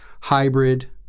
hybrid